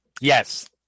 yes